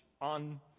on